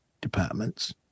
departments